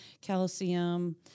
calcium